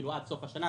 עד סוף השנה,